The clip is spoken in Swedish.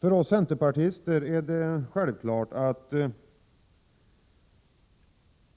För oss centerpartiser är det självklart att